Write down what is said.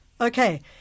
Okay